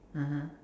(uh huh)